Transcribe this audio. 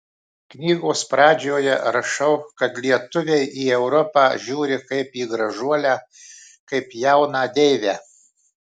knygos pradžioje rašau kad lietuviai į europą žiūri kaip į gražuolę kaip jauną deivę